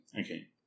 Okay